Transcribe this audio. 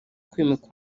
kwimika